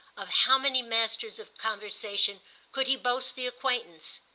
of how many masters of conversation could he boast the acquaintance?